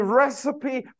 recipe